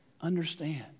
understand